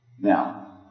Now